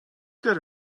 got